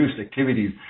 activities